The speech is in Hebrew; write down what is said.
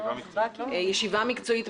מה שנקרא ישיבה מקצועית.